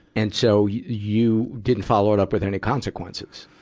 and so, you you didn't follow it up with any consequences.